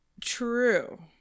True